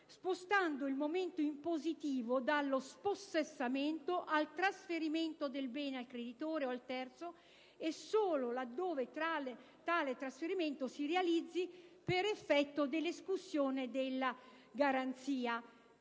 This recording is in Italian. spostando il momento impositivo dallo spossessamento al trasferimento del bene al creditore o al terzo e solo laddove tale trasferimento si realizzi per effetto dell'escussione della garanzia.